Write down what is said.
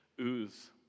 ooze